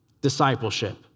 discipleship